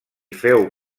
féu